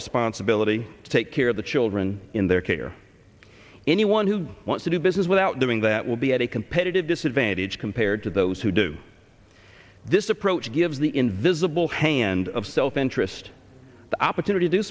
responsibility to take care of the children in their care anyone who wants to do business without doing that will be at a competitive disadvantage compared to those who do this approach gives the invisible hand of self interest the opportunity do